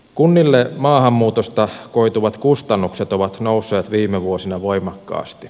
kunnille maahanmuutosta koituvat kustannukset ovat nousseet viime vuosina voimakkaasti